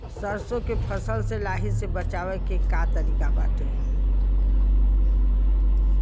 सरसो के फसल से लाही से बचाव के का तरीका बाटे?